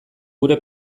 gure